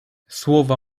słowa